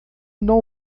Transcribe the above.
não